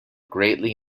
greatly